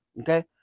Okay